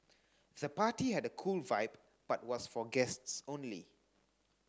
the party had a cool vibe but was for guests only